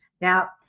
Now